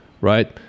right